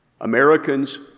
Americans